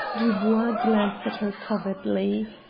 dubois glanced at her covertly.